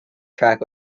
track